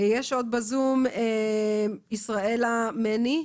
עוד בזום נמצאת ישראלה מני,